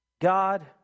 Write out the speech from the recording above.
God